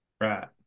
Right